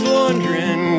wondering